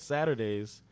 Saturdays